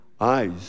eyes